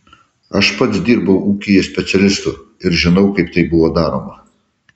aš pats dirbau ūkyje specialistu ir žinau kaip tai buvo daroma